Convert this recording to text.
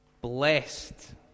blessed